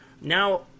Now